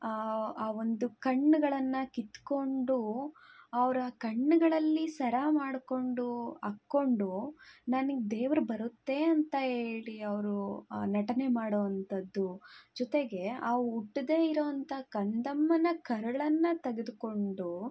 ಆ ಒಂದು ಕಣ್ಣುಗಳನ್ನು ಕಿತ್ತುಕೊಂಡು ಅವರ ಕಣ್ಣುಗಳಲ್ಲಿ ಸರ ಮಾಡಿಕೊಂಡು ಹಾಕ್ಕೊಂಡು ನನಗೆ ದೇವ್ರು ಬರುತ್ತೇ ಅಂತ ಹೇಳಿ ಅವರು ಆ ನಟನೆ ಮಾಡೋವಂಥದ್ದು ಜೊತೆಗೆ ಆ ಹುಟ್ದೇ ಇರೋವಂಥ ಕಂದಮ್ಮನ ಕರುಳನ್ನು ತೆಗೆದ್ಕೊಂಡು